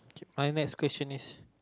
my next question is